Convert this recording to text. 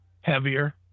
heavier